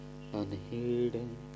unhidden